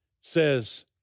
says